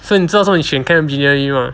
所以你知道为什么你选 chem engineering mah